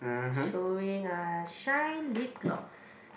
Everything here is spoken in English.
showing a shine lip gloss